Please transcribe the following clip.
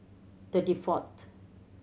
thirty fourth